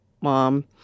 mom